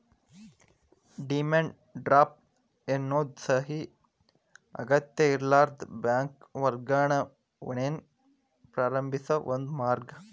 demand draft ಎನ್ನೋದು ಸಹಿ ಅಗತ್ಯಇರ್ಲಾರದ ಬ್ಯಾಂಕ್ ವರ್ಗಾವಣೆಯನ್ನ ಪ್ರಾರಂಭಿಸೋ ಒಂದ ಮಾರ್ಗ